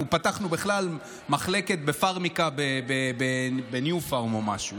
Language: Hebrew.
אנחנו פתחנו בכלל מחלקת פארמיקה בניו-פארם או משהו,